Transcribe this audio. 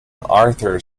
arthur